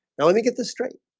now, let me get this straight